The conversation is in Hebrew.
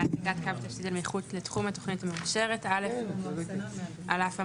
העתקת קו תשתית אל מחוץ לתחום התוכנית המאושרת 14. על אף האמור